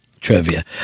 trivia